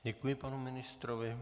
Děkuji panu ministrovi.